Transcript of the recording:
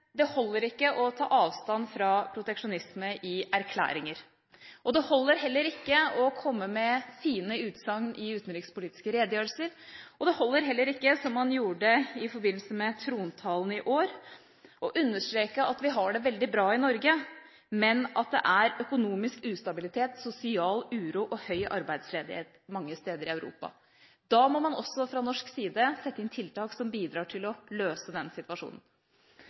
det holder ikke å ta avstand fra proteksjonisme i erklæringer. Det holder heller ikke å komme med fine utsagn i utenrikspolitiske redegjørelser, og det holder ikke, som man gjorde i forbindelse med trontalen i år, å understreke at vi har det veldig bra i Norge, men at det er økonomisk ustabilitet, sosial uro og høy arbeidsledighet mange steder i Europa. Da må man også fra norsk side sette inn tiltak som bidrar til å løse den situasjonen.